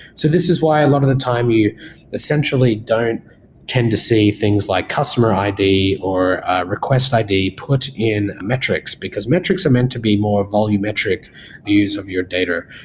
so this is why a lot of time you essentially don't tend to see things like customer i d. or request i d. put in metrics, because metrics are meant to be more volume metric views of your data,